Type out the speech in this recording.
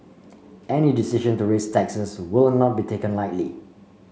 any decision to raise taxes will not be taken lightly